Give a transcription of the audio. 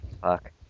Fuck